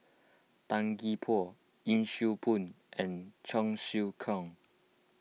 Tan Gee Paw Yee Siew Pun and Cheong Siew Keong